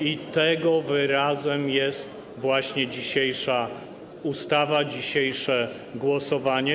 i tego wyrazem jest właśnie dzisiejsza ustawa, dzisiejsze głosowanie.